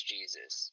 Jesus